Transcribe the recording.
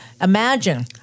Imagine